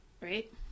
Right